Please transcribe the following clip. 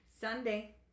Sunday